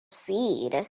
seed